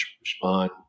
respond